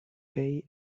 pay